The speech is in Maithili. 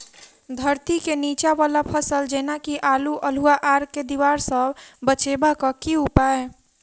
धरती केँ नीचा वला फसल जेना की आलु, अल्हुआ आर केँ दीवार सऽ बचेबाक की उपाय?